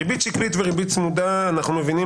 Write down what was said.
לגבי ריבית שקלית וריבית צמודה אנחנו מבינים